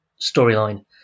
storyline